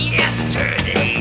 yesterday